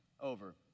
over